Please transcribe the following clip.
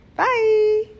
Bye